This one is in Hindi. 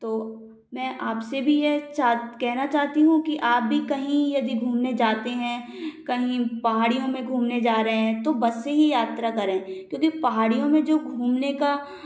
तो मैं आपसे भी यह चाहत कहना चाहती हूँ कि आप भी कही यदि घूमने जाते है कहीं पहाडियों में घूमने जा रहे है तो बस से ही यात्रा करें क्योंकि पहाड़ियों में जो घूमने का